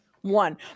One